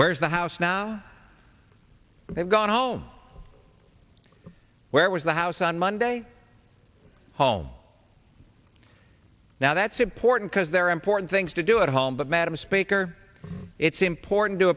where's the house now they've gone home where was the house on monday home now that's important because there are important things to do at home but madam speaker it's important to